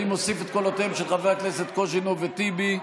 אני מוסיף את קולותיהם של חברי הכנסת קוז'ינוב וטיבי,